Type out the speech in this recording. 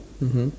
mmhmm